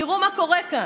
תראו מה קורה כאן: